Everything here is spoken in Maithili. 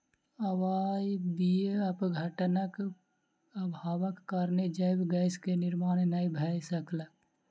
अवायवीय अपघटनक अभावक कारणेँ जैव गैस के निर्माण नै भअ सकल